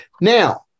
now